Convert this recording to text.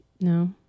No